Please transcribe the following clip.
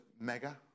mega